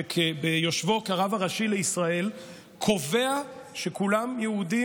שביושבו כרב הראשי לישראל קובע שכולם יהודים,